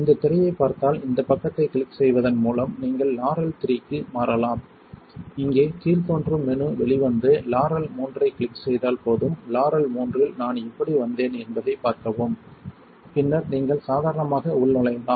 இந்தத் திரையைப் பார்த்தால் இந்தப் பக்கத்தைக் கிளிக் செய்வதன் மூலம் நீங்கள் லாரல் 3 க்கு மாறலாம் இங்கே கீழ்தோன்றும் மெனு வெளிவந்து லாரல் மூன்றைக் கிளிக் செய்தால் போதும் லாரல் 3 இல் நான் எப்படி வந்தேன் என்பதைப் பார்க்கவும் பின்னர் நீங்கள் சாதாரணமாக உள்நுழையலாம்